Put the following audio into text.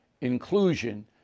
inclusion